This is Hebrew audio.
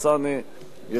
טיבי.